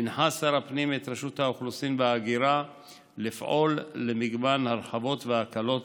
הנחה שר הפנים את רשות האוכלוסין וההגירה לפעול למגוון הרחבות והקלות